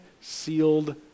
sealed